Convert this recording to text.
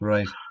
Right